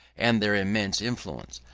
and their immense influence.